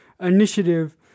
Initiative